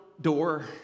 door